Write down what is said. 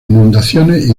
inundaciones